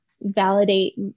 validate